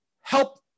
help